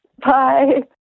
Bye